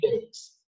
days